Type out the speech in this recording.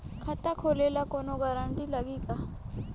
खाता खोले ला कौनो ग्रांटर लागी का?